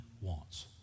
wants